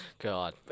God